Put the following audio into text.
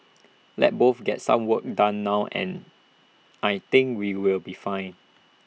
let's both get some work done now and I think we will be fine